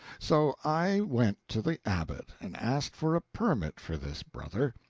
so i went to the abbot and asked for a permit for this brother.